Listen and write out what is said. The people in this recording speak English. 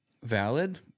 Valid